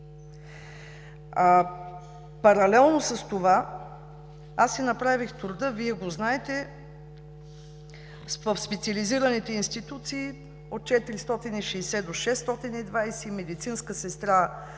Паралелно с това аз си направих труда, Вие го знаете, в специализираните институции от 460 лв. до 620 лв., медицинска сестра